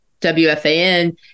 WFAN